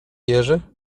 jerzy